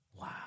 Wow